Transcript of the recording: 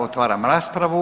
Otvaram raspravu.